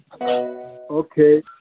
Okay